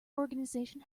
organisation